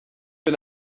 bin